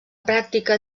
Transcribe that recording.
pràctica